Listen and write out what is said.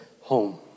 home